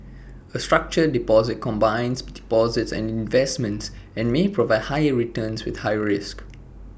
A structured deposit combines deposits and investments and may provide higher returns with higher risks